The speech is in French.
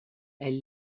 elle